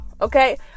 okay